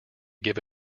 give